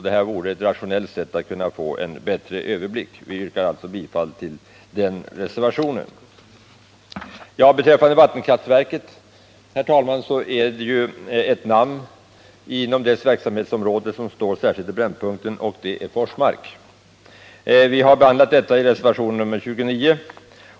Detta vore ett rationellt sätt att få en bättre överblick på. Jag yrkar därför bifall till denna reservation. Beträffande vattenfallsverket är det ett namn inom dess verksamhetsområde som särskilt är i brännpunkten — Forsmark. Vi har behandlat bl.a. Forsmark i reservation nr 29.